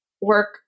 work